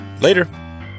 Later